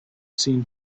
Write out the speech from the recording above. seemed